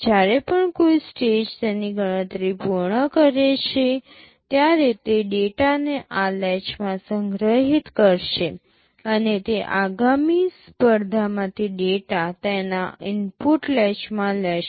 જ્યારે પણ કોઈ સ્ટેજ તેની ગણતરી પૂર્ણ કરે છે ત્યારે તે ડેટાને આ લેચમાં સંગ્રહિત કરશે અને તે આગામી સ્પર્ધામાંથી ડેટા તેના ઇનપુટ લેચમાં લેશે